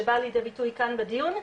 שבאה לידי ביטוי כאן בדיון,